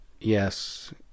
Yes